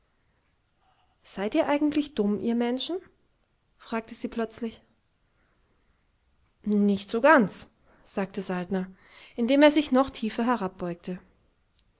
seid ihr eigentlich dumm ihr menschen fragte sie plötzlich nicht so ganz sagte saltner indem er sich noch tiefer